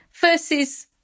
versus